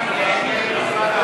ההסתייגויות לסעיף 05,